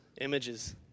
images